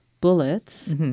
bullets